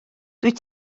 dwyt